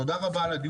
תודה רבה על הדיון.